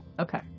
Okay